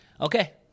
Okay